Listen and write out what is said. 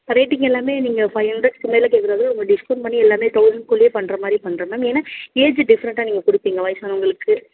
rating எல்லாமே நீங்கள் five ஹண்ட்ரட்ஸ்சுக்கு மேலே கேட்குறது உங்களுக்கு டிஸ்கவுண்ட் பண்ணி எல்லாமே தவுசண்ட் குள்ளேயே பண்ணுற மாதிரி பண்ணுறேன் மேம் ஏன்னால் ஏஜ் டிஃப்ரெண்டாக நீங்கள் கொடுப்பிங்க வயதானவங்களுக்கு